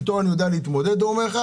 איתו אני יודע להתמודד, הוא אומר לך.